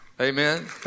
Amen